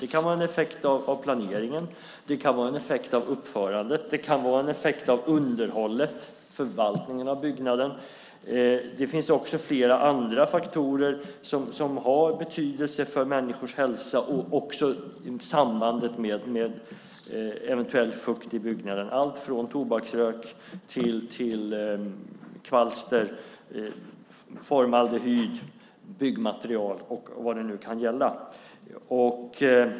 Det kan vara en effekt av planeringen, det kan vara en effekt av uppförandet och det kan vara en effekt av underhållet eller förvaltningen av byggnaden. Det finns också flera andra faktorer som har betydelse för människors hälsa och också samband med eventuell fukt i byggnaden, allt från tobaksrök till kvalster, formaldehyd, byggmaterial och vad det nu kan gälla.